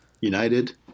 United